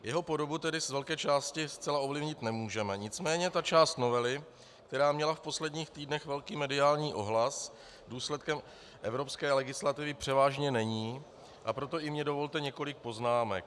Jeho podobu tedy z velké části zcela ovlivnit nemůžeme, nicméně ta část novely, která měla v posledních týdnech velký mediální ohlas, důsledkem evropské legislativy převážně není, a proto i mně dovolte několik poznámek.